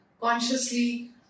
consciously